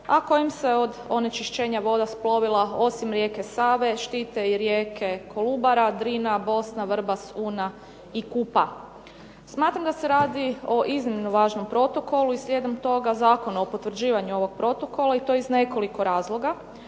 a kojim se od onečišćenja voda s plovila osim rijeke Save štite i rijeke Kolubara, Drina, Bosna, Vrbas, Una i Kupa. Smatram da se radi o iznimno važnom protokolu i slijedom toga zakona o potvrđivanju ovog protokola i to iz nekoliko razloga.